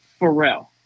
Pharrell